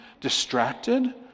distracted